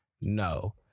No